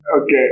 Okay